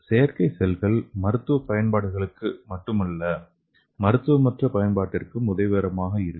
செயற்கை செல்கள் மருத்துவ பயன்பாடுகளுக்கு மட்டுமல்ல மருத்துவமற்ற பயன்பாட்டிற்கும் உதவிகரமாக இருக்கும்